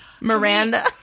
Miranda